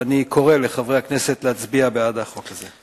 ואני קורא לחברי הכנסת להצביע בעד החוק הזה.